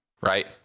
right